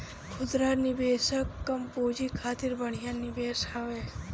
खुदरा निवेशक कम पूंजी खातिर बढ़िया निवेश हवे